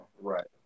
Right